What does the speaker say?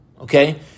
okay